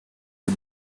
you